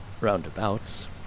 Roundabouts